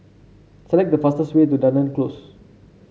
select the fastest way to Dunearn Close